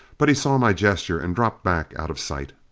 but he saw my gesture and dropped back out of sight.